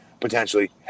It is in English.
potentially